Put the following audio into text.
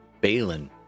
Balin